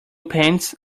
pants